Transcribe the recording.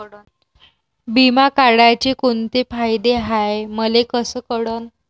बिमा काढाचे कोंते फायदे हाय मले कस कळन?